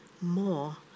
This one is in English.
more